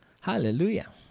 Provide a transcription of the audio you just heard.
Hallelujah